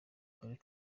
karere